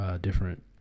different